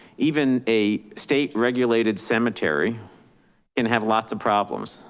even a state regulated cemetery and have lots of problems.